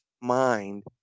mind